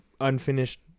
unfinished